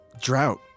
drought